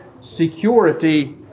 security